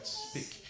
speak